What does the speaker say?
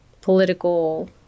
political